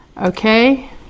Okay